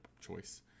choice